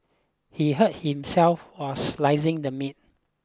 he hurt himself while slicing the meat